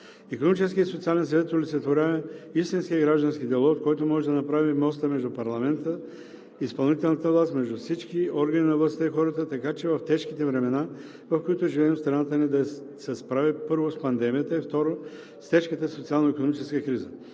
Икономическият и социален съвет олицетворява истинския граждански диалог, който може да направи моста между парламента, между изпълнителната власт, между всички органи на властта и хората, така че в тежките времена, в които живеем, страната ни да се справи, първо, с пандемията и, второ, с тежката социално-икономическа криза.